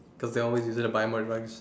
cause they only use it to buy more drugs